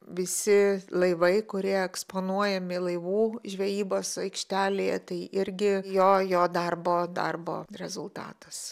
visi laivai kurie eksponuojami laivų žvejybos aikštelėje tai irgi jo jo darbo darbo rezultatas